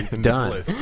Done